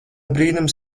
brīnums